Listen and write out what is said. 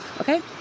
Okay